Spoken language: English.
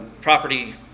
property